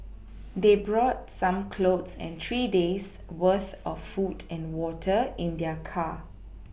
they brought some clothes and three days' worth of food and water in their car